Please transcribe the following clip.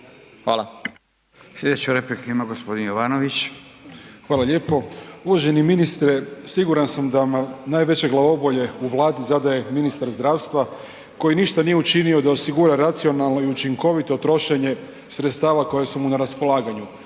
Slijedeća replika ima gospodin Jovanović. **Jovanović, Željko (SDP)** Hvala lijepo. Uvaženi ministre siguran sam da vam najveće glavobolje u Vladi zadaje ministar zdravstva koji ništa nije učinio da osigura racionalno i učinkovito trošenje sredstava koja su mu na raspolaganju